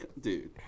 Dude